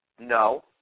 No